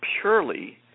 purely